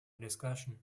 discussion